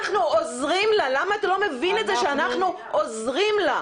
אנחנו עוזרים לה! למה אתה לא מבין את זה שאנחנו עוזרים לה?